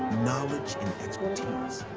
knowledge and expertise.